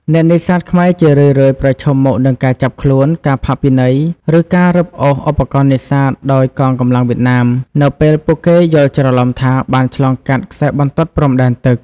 អ្នកនេសាទខ្មែរជារឿយៗប្រឈមមុខនឹងការចាប់ខ្លួន ការផាកពិន័យ ឬការរឹបអូសឧបករណ៍នេសាទដោយកងកម្លាំងវៀតណាម នៅពេលពួកគេយល់ច្រឡំថាបានឆ្លងកាត់ខ្សែបន្ទាត់ព្រំដែនទឹក។